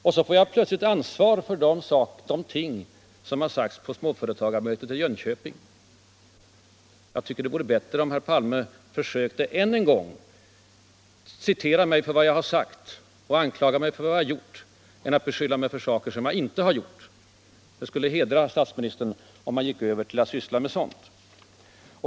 Och så fick jag plötsligt ansvaret för det som sagts på småföretagarmötet i Jönköping. Jag tycker det vore bättre om herr Palme försökte — jag säger det än en gång — återge vad jag sagt och anklaga mig för vad jag gjort än att beskylla mig för saker jag inte gjort. Det skulle hedra statsministern om han övergick till att syssla med sådant.